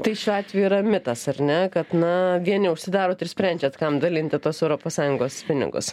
tai šiuo atveju yra mitas ar ne kad na vieni užsidarot ir sprendžiat kam dalinti tuos europos sąjungos pinigus